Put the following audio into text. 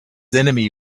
enemy